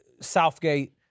Southgate